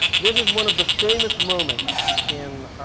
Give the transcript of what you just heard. this is one of the famous moments in